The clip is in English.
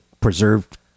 preserved